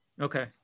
Okay